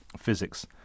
physics